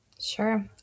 Sure